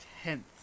tenth